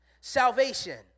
Salvation